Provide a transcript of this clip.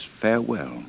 farewell